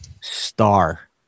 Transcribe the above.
Star